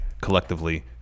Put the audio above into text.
collectively